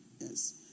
Yes